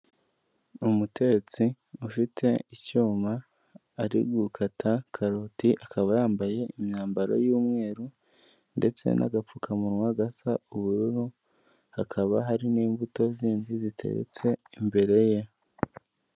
Umutetsi ufite icyuma ari gukata karoti akaba yambaye imyambaro y'umweru ndetse nagapfuka munwa gasa ubururu hakaba hari n'imbuto zindi ziteretse imbere ye.